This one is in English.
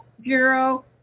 Bureau